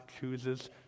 chooses